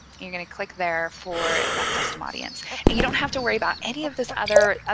you're going to click there for that custom audience and you don't have to worry about any of this other, ah